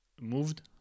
moved